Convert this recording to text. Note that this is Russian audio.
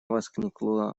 воскликнула